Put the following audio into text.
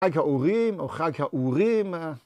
חג האורים, או חג האורים.